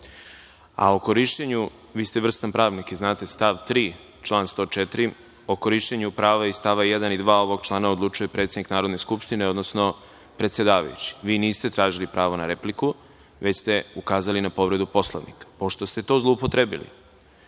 a o korišćenju, vi ste vrstan pravnik i znate stav 3. član 104, prava iz stava 1. i 2. ovog člana odlučuje predsednik Narodne skupštine, odnosno predsedavajući. Niste tražili pravo na repliku, već ste ukazali na povredu Poslovnika. Pošto ste to zloupotrebili,